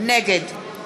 נגד